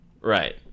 right